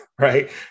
right